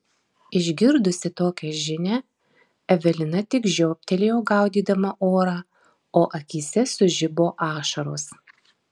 išgirdusi tokią žinią evelina tik žioptelėjo gaudydama orą o akyse sužibo ašaros